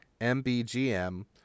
M-B-G-M